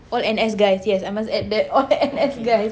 all N_S guys yes I must add that all N_S guys